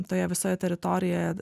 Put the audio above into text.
toje visoje teritorijoje